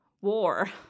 war